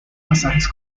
pasajes